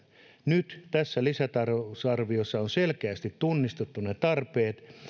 nyt tässä lisätalousarviossa on selkeästi tunnistettu ne tarpeet